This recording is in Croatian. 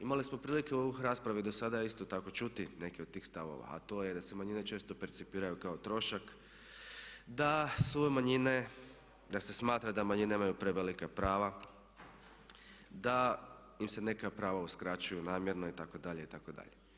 Imali smo priliku u raspravi do sada isto tako čuti neke od tih stavova, a to je da se manjine često percipiraju kao trošak, da su manjine, da se smatra da manjine imaju prevelika prava, da im se neka prava uskraćuju namjerno itd. itd.